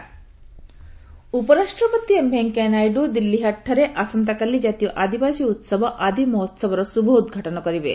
VP inauguration ଉପରାଷ୍ଟ୍ରପତି M Venkaiah Naidu 'ଦିଲ୍ଲୀହାଟ'ଠାରେ ଆସନ୍ତାକାଲି ଜାତୀୟ ଆଦିବାସୀ ଉହବ 'ଆଦି ମହୋସବ'ର ଶୁଭ ଉଦଘାଟନ କରିବେ